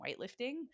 weightlifting